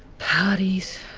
parties.